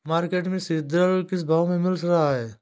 Market में सीद्रिल किस भाव में मिल रहा है?